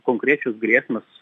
konkrečios grėsmės